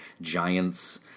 Giants